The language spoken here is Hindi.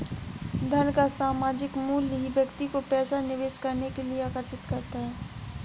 धन का सामायिक मूल्य ही व्यक्ति को पैसा निवेश करने के लिए आर्कषित करता है